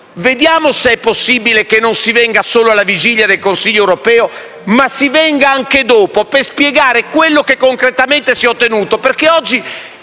vediamo se è possibile che non si venga in Parlamento solo alla vigilia del Consiglio europeo, ma si venga anche dopo, per spiegare quello che concretamente si è ottenuto.